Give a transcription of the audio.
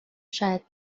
شاید